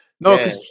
No